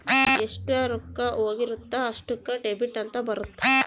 ಎಷ್ಟ ರೊಕ್ಕ ಹೋಗಿರುತ್ತ ಅಷ್ಟೂಕ ಡೆಬಿಟ್ ಅಂತ ಬರುತ್ತ